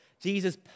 Jesus